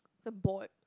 the bored